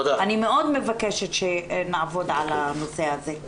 אני מאוד מבקשת שנעבוד על הנושא הזה.